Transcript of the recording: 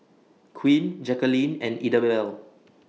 Quinn Jacquelynn and Idabelle